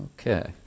Okay